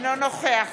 אינו נוכח